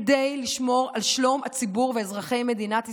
כדי לשמור על שלום הציבור ואזרחי מדינת ישראל.